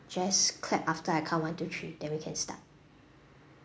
just clap after I count one two three then we can start